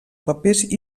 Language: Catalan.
papers